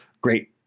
great